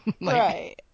Right